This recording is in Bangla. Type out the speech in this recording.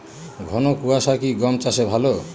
ঘন কোয়াশা কি গম চাষে ভালো?